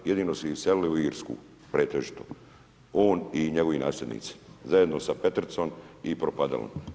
Jedino su ih iselili u Irsku pretežito on i njegovi nasljednici zajedno sa Petrcom i Propadalom.